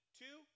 two